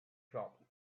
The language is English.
shop